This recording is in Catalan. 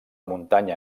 muntanya